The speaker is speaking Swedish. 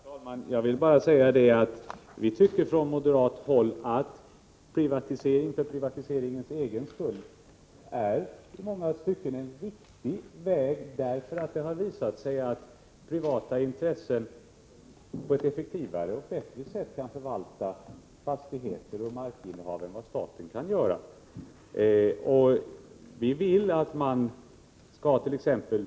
Herr talman! Jag vill bara säga att vi från moderat håll tycker att privatisering för privatiseringens egen skull i många stycken är en viktig väg, eftersom det har visat sig att privata intressen på ett effektivare sätt kan förvalta fastigheter och markinnehav än vad staten kan göra. Vi vill, som jag pekat på, attt.ex.